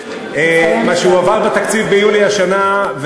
מה שהועבר בתקציב ביולי השנה,